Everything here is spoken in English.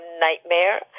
nightmare